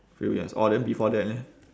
few years orh then before that leh